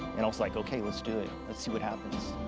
and i was like, okay, let's do it. let's see what happens.